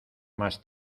mas